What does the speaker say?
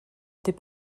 des